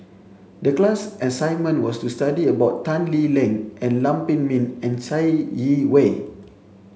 the class assignment was to study about Tan Lee Leng and Lam Pin Min and Chai Yee Wei